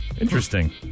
Interesting